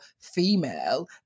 female